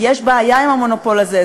יש בעיה עם המונופול הזה,